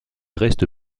reste